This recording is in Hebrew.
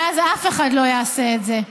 ואז אף אחד לא יעשה את זה.